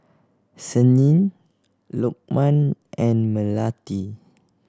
Senin Lokman and Melati